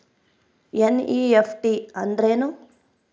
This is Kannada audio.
ಎನ್.ಇ.ಎಫ್.ಟಿ ಅಂದ್ರೆನು?